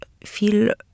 feel